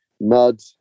mud